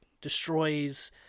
destroys